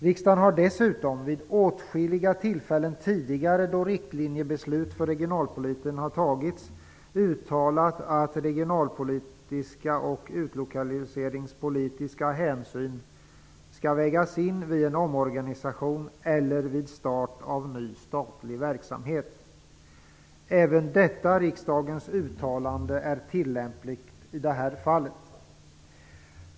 Riksdagen har dessutom vid åtskilliga tillfällen tidigare, då riktlinjebeslut för regionalpolitiken har fattats, uttalat att regionalpolitiska och utlokaliseringspolitiska hänsyn skall vägas in vid omorganisationer eller vid start av ny statlig verksamhet. Även detta riksdagens uttalande är tillämpligt i det här fallet.